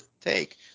take